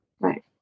Right